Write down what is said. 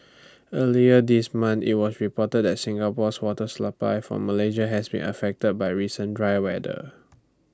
earlier this month IT was reported that Singapore's water supply from Malaysia has been affected by recent dry weather